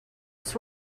its